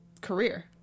career